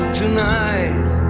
tonight